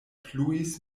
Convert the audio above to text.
pluis